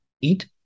eat